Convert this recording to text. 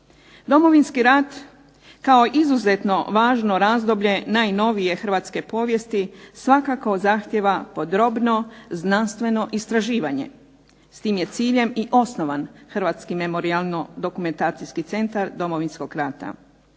Domovinski rat kao izuzetno važno razdoblje najnovije hrvatske povijesti svakako zahtijeva podrobno znanstveno istraživanje. S tim je ciljem i osnovan Hrvatski memorijalno-dokumentacijski centar Domovinskog rata.